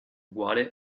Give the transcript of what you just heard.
uguale